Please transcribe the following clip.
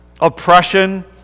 oppression